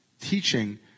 teaching